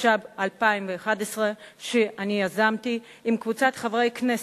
התשע"ב 2011, שאני יזמתי עם קבוצת חברי כנסת,